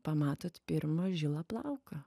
pamatot pirmą žilą plauką